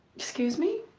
excuse me?